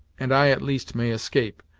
and i at least may escape,